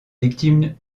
victimes